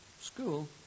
school